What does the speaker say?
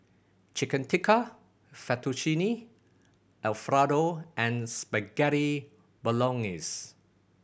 Chicken Tikka Fettuccine Alfredo and Spaghetti Bolognese